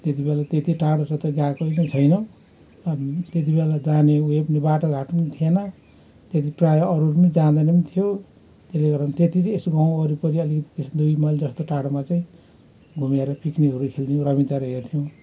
त्यतिबेला तेति टाढो त गाको नि त छैन अनि त्यति बेला जाने उयो पनि बाटो घाटो पनि थिएन त्यति प्रायः अरूहरू पनि जाँदैन पनि थियो त्यसले गर्दा त्यति चाहिँ यसो गाउँ वरिपरि अलिकति यसो दुई माइल जस्तो टाढामा चाहिँ घुमेर पिक्निकहरू खेल्थ्यौँ रमिताहरू हेर्थ्यौँ